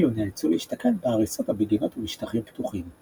אלו נאלצו להשתכן בהריסות או בגינות ובשטחים פתוחים;